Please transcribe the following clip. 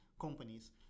companies